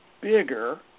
bigger